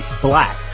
black